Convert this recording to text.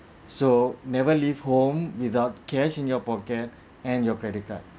so never leave home without cash in your pocket and your credit card